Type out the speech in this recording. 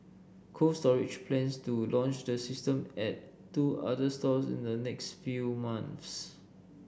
Cold Storage plans to launch the system at two other stores in the next few months